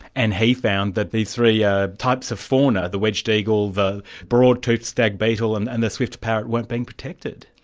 and he found that these three yeah types of fauna, the wedged eagle, the broad-toothed stag beetle and and the swift parrot weren't being protected.